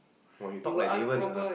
!wah! you talk like Davon lah